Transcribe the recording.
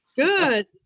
Good